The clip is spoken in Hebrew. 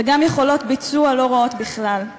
וגם יכולות ביצוע לא רעות בכלל,